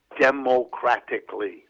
democratically